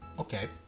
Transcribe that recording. Okay